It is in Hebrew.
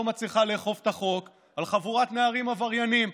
מצליחה לאכוף את החוק על חבורת נערים עבריינים,